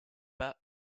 pas